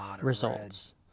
results